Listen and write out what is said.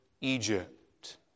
Egypt